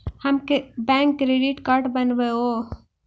हम bank credit card बनैवो?